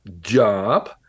job